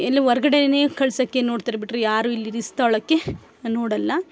ಎಲ್ಲಿ ಹೊರ್ಗಡೆನೇ ಕಳ್ಸೋಕ್ಕೆ ನೋಡ್ತಾರೆ ಬಿಟ್ಟರೆ ಯಾರು ಇಲ್ಲಿ ರಿಸ್ಕ್ ತೊಳಕ್ಕೆ ನೋಡೋಲ್ಲ